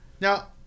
Now